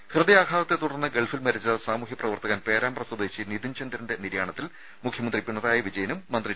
രുര ഹൃദയാഘാതത്തെ തുടർന്ന് ഗൾഫിൽ മരിച്ച സാമൂഹ്യ പ്രവർത്തകൻ പേരാമ്പ്ര സ്വദേശി നിതിൻ ചന്ദ്രന്റെ നിര്യാണത്തിൽ മുഖ്യമന്ത്രി പിണറായി വിജയൻ അനുശോചിച്ചു